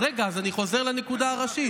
רגע, אני חוזר לנקודה הראשית.